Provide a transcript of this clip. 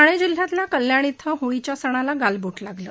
ठाणे जिल्ह्यातल्या कल्याण इथं होळीच्या सणाला गाळबोट लागलं